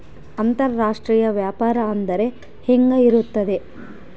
ಅಂತರಾಷ್ಟ್ರೇಯ ವ್ಯಾಪಾರ ಅಂದರೆ ಹೆಂಗೆ ಇರುತ್ತದೆ?